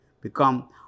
become